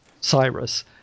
Cyrus